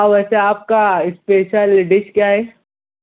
ویسے آپ کا اسپیشل ڈش کیا ہے